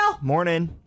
Morning